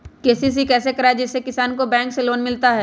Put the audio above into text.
KCC कैसे कराये जिसमे किसान को बैंक से लोन मिलता है?